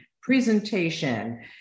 presentation